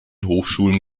hochschulen